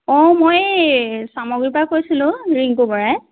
অঁ মই চামগুৰিৰ পৰা কৈছিলোঁ ৰিংকু বৰাই